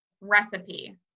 recipe